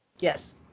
Yes